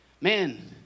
man